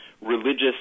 religious